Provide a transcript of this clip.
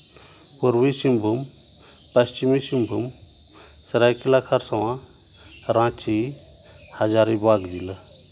ᱯᱩᱨᱵᱚ ᱥᱤᱝᱵᱷᱩᱢ ᱯᱚᱪᱷᱤᱢᱤ ᱥᱤᱝᱵᱷᱩᱢ ᱥᱟᱹᱨᱟᱹᱭᱠᱮᱞᱞᱟ ᱠᱷᱟᱨᱥᱟᱣᱟ ᱨᱟᱺᱪᱤ ᱦᱟᱡᱟᱨᱤᱵᱟᱜᱽ ᱡᱮᱞᱟ